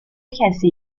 کسی